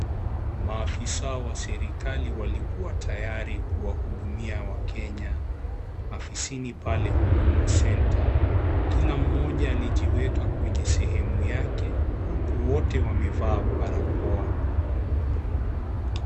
Maafisa wa serikali walikua tayari kuwahudumia wakenya afisini pale Huduma centre, kila mmoja alijiweka kwenye sehemu yake huku wote wamevaa barakoa.